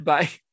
Bye